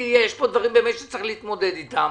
יש פה דברים שצריך להתמודד איתם.